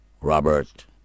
Robert